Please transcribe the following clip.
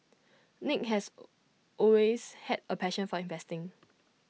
nick has always had A passion for investing